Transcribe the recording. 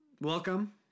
welcome